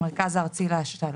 המרכז הארצי להשתלות.